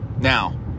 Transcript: Now